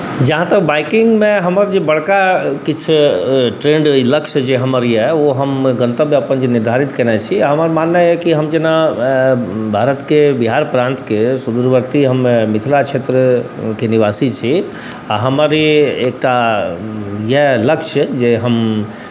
जहाँ तक बाइकिङ्गमे हमर जे बड़का किछु ट्रेन्ड अछि लक्ष्य जे हमर अइ ओ हम गन्तव्य जे हम अपन निर्धारित करने छी हमर माननाइ अइ कि हम जेना भारतके बिहार प्रान्तके सुदूरवर्ती हम मिथिला क्षेत्रके निवासी छी आओर हमर ई एकटा अइ लक्ष्य जे हम